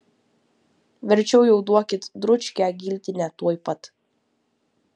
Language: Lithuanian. verčiau jau duokit dručkę giltinę tuoj pat